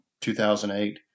2008